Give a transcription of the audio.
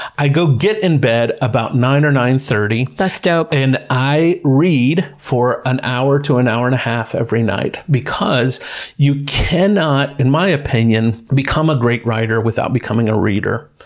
i go get in bed about nine zero or nine thirty. that's dope. and i read for an hour to an hour and a half every night, because you cannot, in my opinion, become a great writer without becoming a reader.